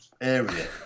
area